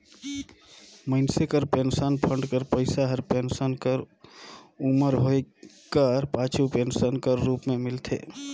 मइनसे कर pension fund कर पइसा हर पेंसन कर उमर होए कर पाछू पेंसन कर रूप में मिलथे